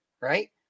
right